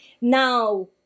Now